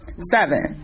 seven